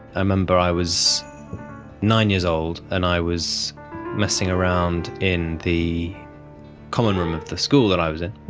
i remember i was nine years old and i was messing around in the common room of the school that i was in.